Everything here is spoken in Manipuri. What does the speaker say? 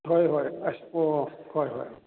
ꯍꯣꯏ ꯍꯣꯏ ꯑꯁ ꯑꯣ ꯍꯣꯏ ꯍꯣꯏ